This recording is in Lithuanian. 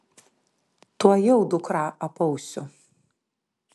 tuojau dukrą apausiu